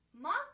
mark